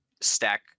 stack